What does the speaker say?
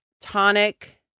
tonic